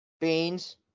Beans